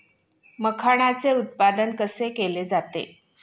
मखाणाचे उत्पादन कसे केले जाते?